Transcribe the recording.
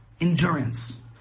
endurance